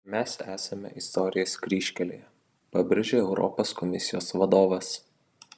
mes esame istorijos kryžkelėje pabrėžė europos komisijos vadovas